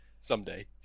Someday